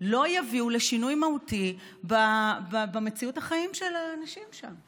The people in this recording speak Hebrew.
לא יביאו לשינוי מהותי במציאות החיים של האנשים שם.